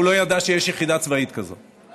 הוא לא ידע שיש יחידה צבאית כזאת.